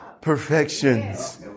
perfections